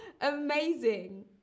Amazing